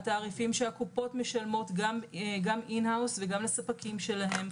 התעריפים שהקופות משלמות גם 'אין האוס' וגם לספקים שלהם.